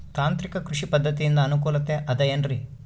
ತಾಂತ್ರಿಕ ಕೃಷಿ ಪದ್ಧತಿಯಿಂದ ಅನುಕೂಲತೆ ಅದ ಏನ್ರಿ?